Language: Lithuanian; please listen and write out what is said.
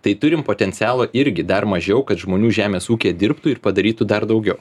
tai turim potencialo irgi dar mažiau kad žmonių žemės ūkyje dirbtų ir padarytų dar daugiau